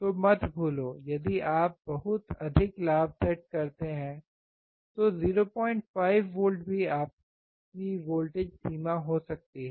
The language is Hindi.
तो मत भूलो यदि आप बहुत अधिक लाभ सेट करते हैं तो 05 V भी आपकी वोल्टेज सीमा हो सकती है